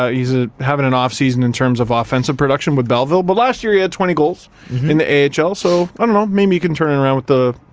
ah he's ah having an off season in terms of offensive production with belleville, but last year he had twenty goals in the ahl. so i don't know, maybe he can turn it around with the,